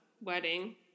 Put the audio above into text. wedding